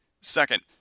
Second